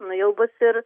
na jau bus ir